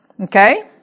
Okay